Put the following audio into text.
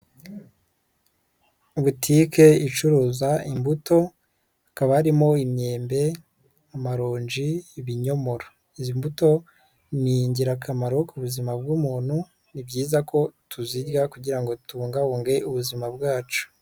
Butike icuruza imbuto hakaba harimo imyembe, amaronji, ibinyomoro. Izi mbuto ni ingirakamaro ku buzima bw'umuntu, ni byiza ko tuzirya kugira ngo tubungabunge ubuzima bwacu.